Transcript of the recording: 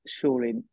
surely